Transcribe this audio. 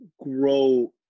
grow